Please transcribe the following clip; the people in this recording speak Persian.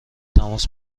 تماس